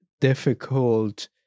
difficult